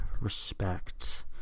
respect